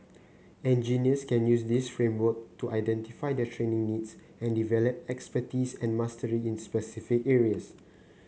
engineers can use this framework to identify their training needs and develop expertise and mastery in specific areas